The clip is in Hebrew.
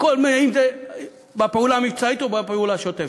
אם זה בפעולה המבצעית או בפעולה השוטפת.